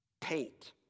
Paint